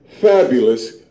fabulous